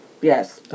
Yes